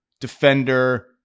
defender